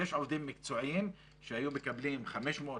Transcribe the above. יש עובדים מקצועיים שהיו מקבלים 500,